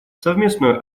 совместную